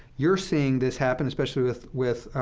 you're seeing this happen, especially with with